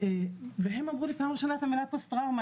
והם אמרו לי פוסט טראומה,